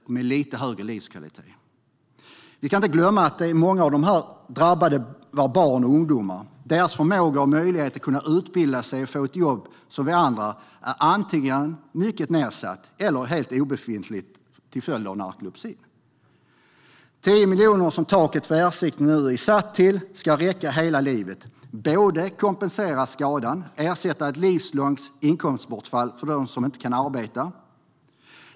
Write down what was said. Det kan ge lite högre livskvalitet. Vi ska inte glömma att många av de drabbade var barn och ungdomar. Deras förmåga och möjlighet att utbilda sig och få ett jobb är antingen mycket nedsatt eller helt obefintlig till följd av narkolepsi. 10 miljoner, som taket för ersättning nu är satt till, ska räcka hela livet. Det ska både kompensera skadan och ersätta ett livslångt inkomstbortfall för dem som inte kan arbeta.